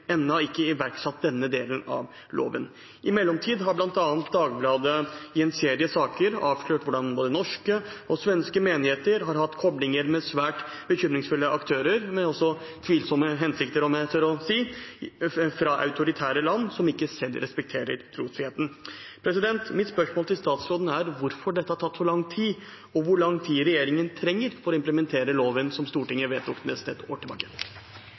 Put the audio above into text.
ikke iverksatt denne delen av loven. I mellomtiden har bl.a. Dagbladet i en serie saker avslørt hvordan både norske og svenske menigheter har hatt koblinger med svært bekymringsfulle aktører – med tvilsomme hensikter, om jeg tør si – fra autoritære land som ikke selv respekterer trosfriheten. Mitt spørsmål til statsråden er: Hvorfor har dette tatt så lang tid, og hvor lang tid trenger regjeringen for å implementere loven som Stortinget vedtok nesten et år tilbake?